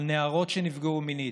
לנערות שנפגעו מינית,